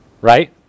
right